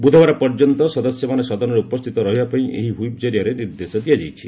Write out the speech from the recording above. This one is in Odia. ବୁଧବାର ପର୍ଯ୍ୟନ୍ତ ସଦସ୍ୟମାନେ ସଦନରେ ଉପସ୍ଥିତ ରହିବା ପାଇଁ ଏହି ହୁଇପ୍ ଜରିଆରେ ନିର୍ଦ୍ଦେଶ ଦିଆଯାଇଛି